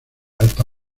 alta